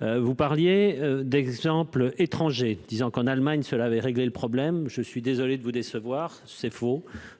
Vous évoquez des exemples à l'étranger. En Allemagne, cela aurait réglé le problème : je suis désolé de vous décevoir, c'est faux,